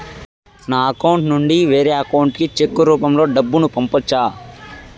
నా అకౌంట్ నుండి వేరే అకౌంట్ కి చెక్కు రూపం లో డబ్బును పంపొచ్చా?